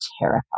terrified